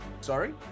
sorry